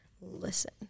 Listen